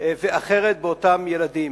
ואחרת באותם ילדים.